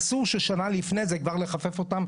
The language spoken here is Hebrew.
אסור ששנה לפני זה כבר לחפף אותם,